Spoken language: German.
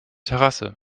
terrasse